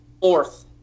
fourth